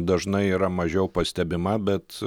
dažnai yra mažiau pastebima bet